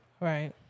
Right